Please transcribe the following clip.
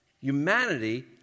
Humanity